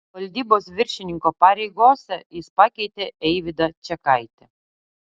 valdybos viršininko pareigose jis pakeitė eivydą čekaitį